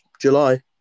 July